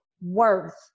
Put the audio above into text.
worth